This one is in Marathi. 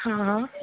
हं अं